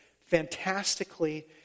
fantastically